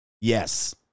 Yes